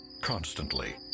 Constantly